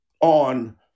on